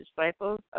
disciples